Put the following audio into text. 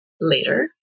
later